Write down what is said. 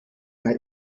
bei